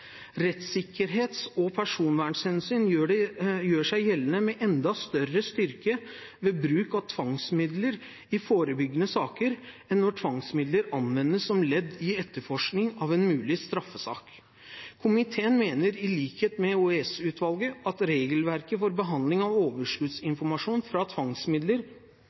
Rettssikkerhets- og personvernhensyn gjør seg gjeldende med enda større styrke ved bruk av tvangsmidler i forebyggende saker enn når tvangsmidler anvendes som ledd i etterforskning av en mulig straffesak. Komiteen mener i likhet med EOS-utvalget at regelverket for behandling av overskuddsinformasjon fra tvangsmidler